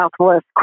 southwest